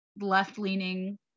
Left-leaning